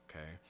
Okay